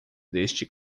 deste